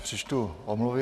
Přečtu omluvy.